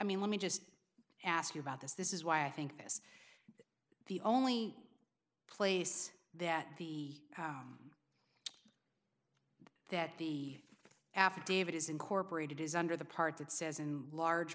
mean let me just ask you about this this is why i think this is the only place that the that the affidavit is incorporated is under the part that says in large